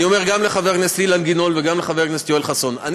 אני אומר גם לחבר הכנסת אילן גילאון וגם לחבר הכנסת יואל חסון: אני